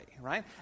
right